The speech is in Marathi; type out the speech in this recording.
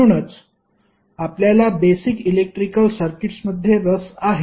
म्हणूनच आपल्याला बेसिक इलेक्ट्रिकल सर्किट्समध्ये रस आहे